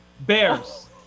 Bears